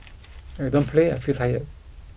if I don't play I feel tired